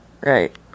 right